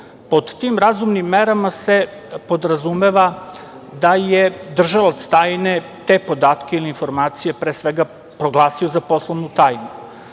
Pod tim razumnim merama se podrazumeva da je držalac tajne te podatke ili informacije, pre svega, proglasio za poslovnu tajnu,